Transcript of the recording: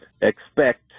expect